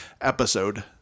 episode